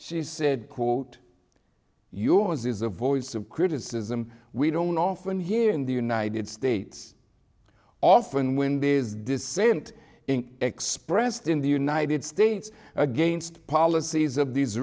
she said quote yours is a voice of criticism we don't often hear in the united states often when these dissent in expressed in the united states against policies of these